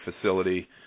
facility